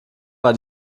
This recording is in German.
war